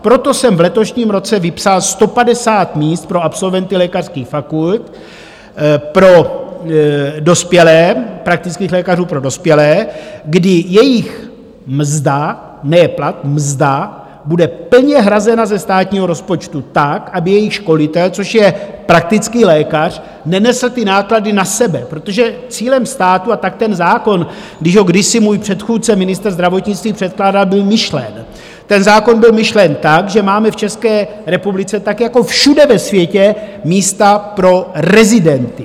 Proto jsem v letošním roce vypsal 150 míst pro absolventy lékařských fakult pro dospělé, praktických lékařů pro dospělé, kdy jejich mzda, ne plat, mzda, bude plně hrazena ze státního rozpočtu tak, aby jejich školitel, což je praktický lékař, nenesl ty náklady na sebe, protože cílem státu a tak ten zákon, když ho kdysi můj předchůdce, ministr zdravotnictví předkládal byl myšlen, ten zákon byl myšlen tak, že máme v České republice tak jako všude ve světě místa pro rezidenty.